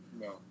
No